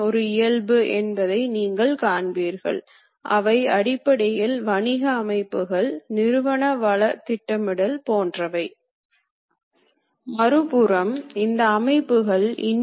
உருளை மேற்பரப்புகள் அல்லது மூலைகளை வெட்டுவது போன்ற வெட்டுதல் காக சில நேரங்களில் வேக விகிதங்கள் கூட இரண்டு அச்சில் பராமரிக்கப்பட வேண்டும்